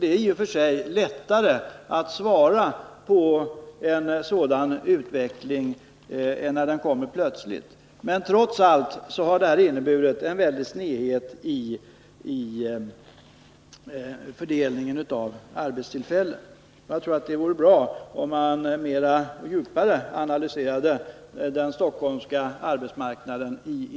Det är i och för sig lättare att motverka en sådan utveckling än en utveckling som kommer plötsligt, men den har trots allt inneburit en väldig snedvridning av fördelningen av arbetstillfällena. Jag tror att det vore bra om man i industridepartementet något djupare analyserade den stockholmska arbetsmarknaden.